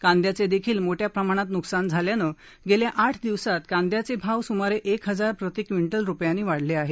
कांदयाचे देखील मोठ्या प्रमाणात न्कसान झाल्यानं गेल्या आठ दिवसात कांद्याचे भाव स्मारे एक हजार प्रति क्विंटल रूपयांनी वाढले आहेत